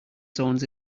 zones